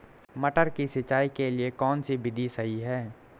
मटर की सिंचाई के लिए कौन सी विधि सही है?